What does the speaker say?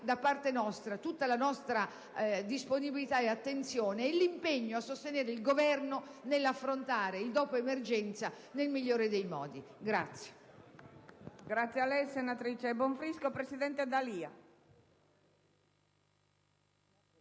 da parte nostra la disponibilità, l'attenzione e l'impegno a sostenere il Governo nell'affrontare il dopo emergenza nel migliore dei modi.